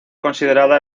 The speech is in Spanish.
considerada